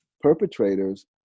perpetrators